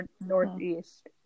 northeast